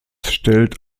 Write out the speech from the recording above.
stellt